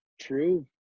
True